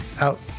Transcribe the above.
out